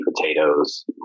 potatoes